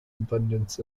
abundance